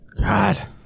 God